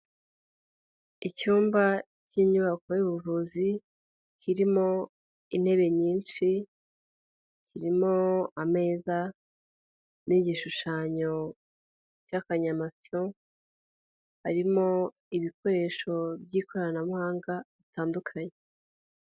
Icyumba cy'inyubako y'ubuvuzi kirimo intebe nyinshi, kirimo ameza n'igishushanyo cy'akanyamasyo, harimo ibikoresho by'ikoranabuhanga bitandukanye.